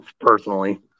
personally